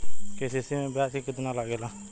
KCC में ब्याज कितना लागेला?